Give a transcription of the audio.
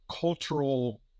cultural